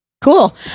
Cool